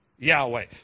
Yahweh